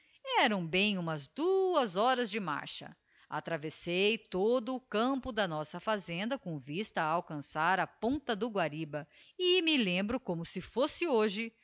eram bem umas duas horas de marcha atravessei todo o campo da nossa fazenda com vista a alcançar a ponta do guariba e me lembro como si fosse hoje